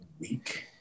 week